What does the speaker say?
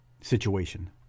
situation